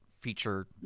feature